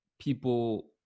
people